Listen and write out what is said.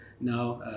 now